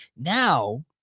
now